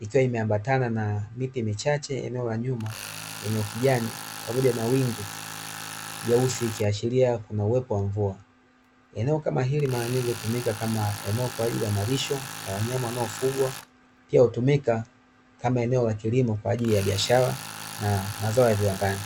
ikiwa imeambatana na miti michache eneo la nyuma lenye ukijani pamoja na wingu jeusi likiashiria kuna uwepo wa mvua, eneo kama hili mara nyingi hutumika kama eneo kwa ajili ya malisho ya wanyama wanaofugwa pia hutumika kama eneo la kilimo kwa ajili ya biashara na mazao ya viwandani.